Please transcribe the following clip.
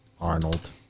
Arnold